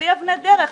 בלי אבני דרך,